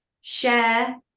share